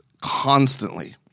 constantly